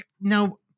now